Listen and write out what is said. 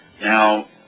Now